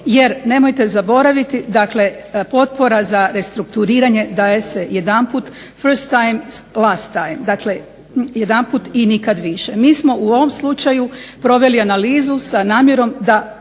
Jer, nemojte zaboraviti, dakle potpora za restrukturiranje daje se jedanput – first time – last time. Dakle, jedanput i nikad više. Mi smo u ovom slučaju proveli analizu sa namjerom da